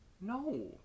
No